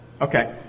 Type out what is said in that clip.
Okay